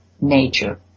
nature